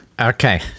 okay